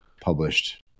published